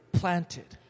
planted